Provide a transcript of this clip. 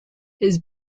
his